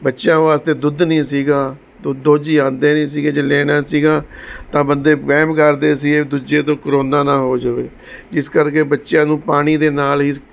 ਬੱਚਿਆਂ ਵਾਸਤੇ ਦੁੱਧ ਨਹੀਂ ਸੀਗਾ ਦੋ ਦੋਝੀ ਆਉਂਦੇ ਨਹੀਂ ਸੀਗੇ ਜੇ ਲੈਣਾ ਸੀਗਾ ਤਾਂ ਬੰਦੇ ਵਹਿਮ ਕਰਦੇ ਸੀਗੇ ਦੂਜੇ ਤੋਂ ਕਰੋਨਾ ਨਾ ਹੋ ਜਾਵੇ ਇਸ ਕਰਕੇ ਬੱਚਿਆਂ ਨੂੰ ਪਾਣੀ ਦੇ ਨਾਲ ਹੀ